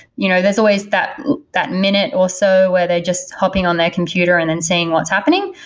you know there's always that that minute or so where they're just hopping on their computer and then seeing what's happening.